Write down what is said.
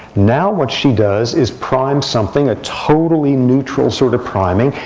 now what she does is prime something, a totally neutral sort of priming,